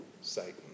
Satan